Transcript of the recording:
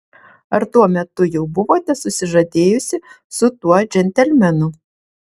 ar tuo metu jau buvote susižadėjusi su tuo džentelmenu